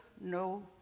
no